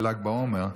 בל"ג בעומר,